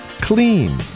clean